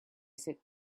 sit